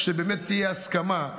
שבאמת תהיה הסכמה.